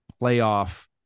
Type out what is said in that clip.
playoff